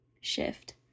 shift